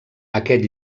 aquest